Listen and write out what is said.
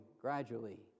gradually